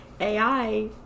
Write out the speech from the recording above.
AI